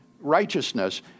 righteousness